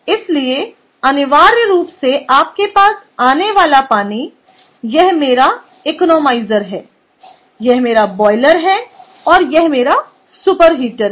इसलिए अनिवार्य रूप से आपके पास आने वाला पानी है यह मेरा इकोनोमाइजर है यह मेरा बॉयलर है और यह मेरा सुपर हीटर है